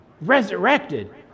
resurrected